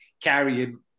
carrying